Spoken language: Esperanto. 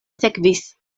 sekvis